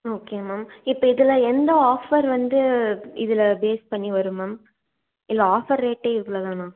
okay ma'am இப்போ இதில் எந்த ஆஃபர் வந்து இதில் பேஸ் பண்ணி வரும் மேம் இல்லை ஆஃபர் ரேட்டே இவ்வளோதானா